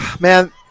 Man